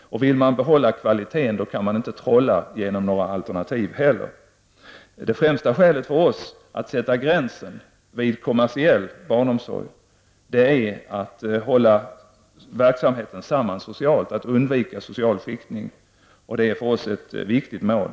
Vill man behålla kvaliteten kan man inte heller trolla med några alternativ. Det främsta skälet för oss socialdemokrater att sätta gränsen vid kommersiell barnomsorg är att hålla verksamheten samman socialt, att undvika social skiktning. Det är för oss ett viktigt mål.